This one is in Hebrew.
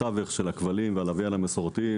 התווך של הכבלים והלוויין המסורתיים,